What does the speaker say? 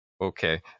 okay